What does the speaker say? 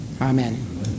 Amen